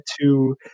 to-